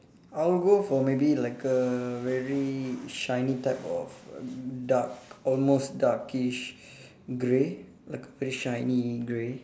I will go for maybe like a very shiny type of dark almost darkish grey like a very shiny grey